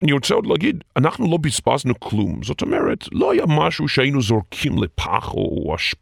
אני רוצה עוד להגיד, אנחנו לא בזבזנו כלום, זאת אומרת, לא היה משהו שהיינו זורקים לפח או אשפה.